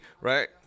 right